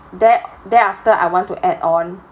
there there after I want to add on